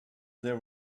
there